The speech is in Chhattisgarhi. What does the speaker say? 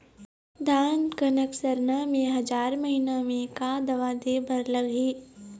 धान कनक सरना मे हजार महीना मे का दवा दे बर लगही?